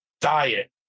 diet